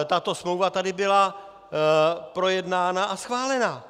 Tato smlouva tady byla projednána a schválena.